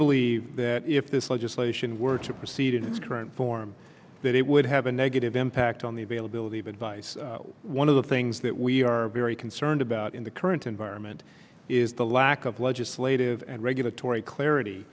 believe that if this legislation were to proceed in its current form that it would have a negative impact on the availability of advice one of the things that we are very concerned about in the current environment is the lack of legislative and regulatory clarity